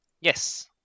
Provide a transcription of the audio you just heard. Yes